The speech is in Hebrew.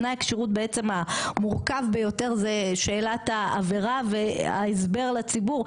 תנאי הכשירות בעצם המורכב ביותר זה שאלת העבירה וההסבר לציבור,